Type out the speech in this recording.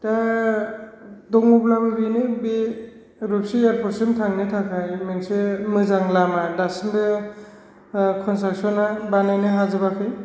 दा दङब्लाबो बेनि बे रुपसि एयारपर्टसिम थांनो थाखाय मोनसे मोजां लामा दासिमबो कन्सट्राकसन बानायनो हाजोबाखै